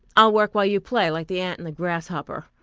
i'll work while you play, like the ant and the grasshopper,